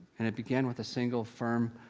and it began with a single firm,